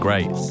Great